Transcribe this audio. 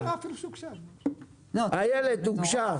איילת, הוגשה.